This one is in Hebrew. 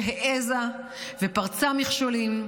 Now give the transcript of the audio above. שהעזה ופרצה מכשולים,